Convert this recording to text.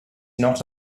not